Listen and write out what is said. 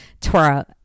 Torah